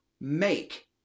make